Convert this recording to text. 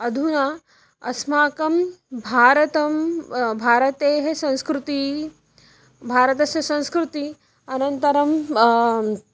अधुना अस्माकं भारतं भारतेः संस्कृतिः भारतस्य संस्कृतिः अनन्तरं